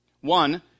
One